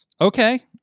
Okay